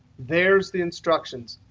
there's the instructions.